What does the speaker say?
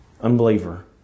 unbeliever